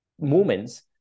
moments